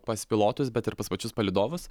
pas pilotus bet ir pas pačius palydovus